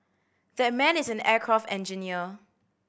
that man is an aircraft engineer